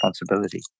responsibility